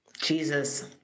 Jesus